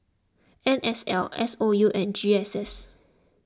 N S L S O U and G S S